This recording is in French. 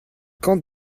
quand